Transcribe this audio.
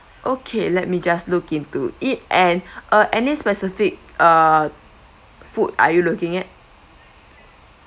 okay let me just look into it and uh any specific uh food are you looking at